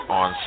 on